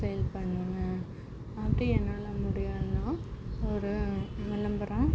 sale பண்ணுவேன் அப்படி என்னால் முடியாதுனால் ஒரு விளம்பரம்